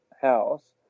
house